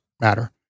matter